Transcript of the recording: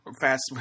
fast